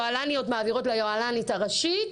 היוהל"ניות מעבירות ליוהל"נית הראשית.